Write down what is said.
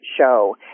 show